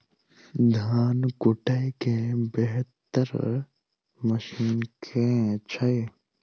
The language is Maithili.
धान कुटय केँ बेहतर मशीन केँ छै?